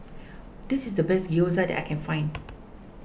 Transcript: this is the best Gyoza that I can find